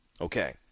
Okay